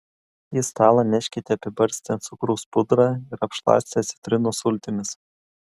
į stalą neškite apibarstę cukraus pudrą ir apšlakstę citrinos sultimis